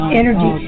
energy